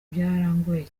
byarangoye